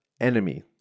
enemy